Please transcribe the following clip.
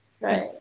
right